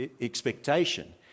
expectation